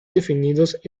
definidos